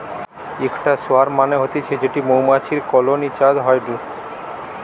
ইকটা সোয়ার্ম মানে হতিছে যেটি মৌমাছির কলোনি চাষ হয়ঢু